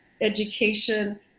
education